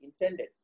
intended